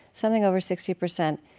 something over sixty percent,